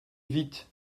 vite